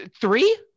three